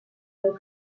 meu